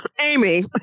Amy